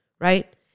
Right